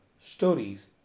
stories